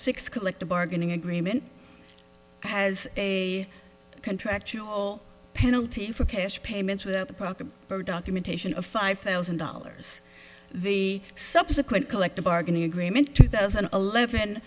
six collective bargaining agreement has a contractual penalty for cash payments without the proper documentation of five thousand dollars the subsequent collective bargaining agreement two thousand and eleven